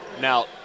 Now